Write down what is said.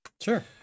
sure